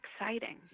exciting